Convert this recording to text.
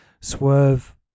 Swerve